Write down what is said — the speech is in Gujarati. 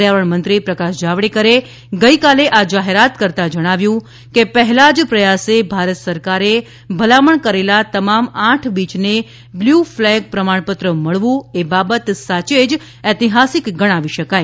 પર્યાવરણ મંત્રી પ્રકાશ જાવડેકરે ગઇકાલે આ જાહેરાત કરતા જણાવ્યું હતું કે પહેલા જ પ્રયાસે ભારત સરકારે ભલામણ કરેલા તમામ આઠ બીચને બ્લુ ફલેગ પ્રમાણપત્ર મળવુ એ બાબત સાચે જ ઐતિહાસીક ગણાવી શકાય